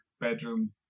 bedroom